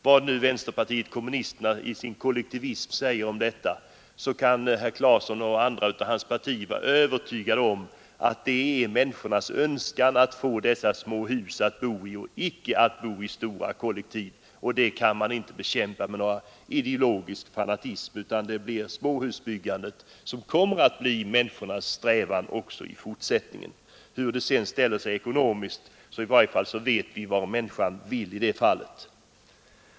Vad än vänsterpartiet kommunisterna i sin kollektivism säger om detta, kan de vara övertygade om att det är människornas önskan att få bo i småhus och icke i stora kollektiv. Denna önskan kan man inte bekämpa med ideologisk fanatism. Småhusbyggandet kommer att förbli människornas strävan också i fortsättningen. Hur det än ställer sig ekonomiskt, så vet vi i varje fall vad människorna vill i det fallet.